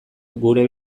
gure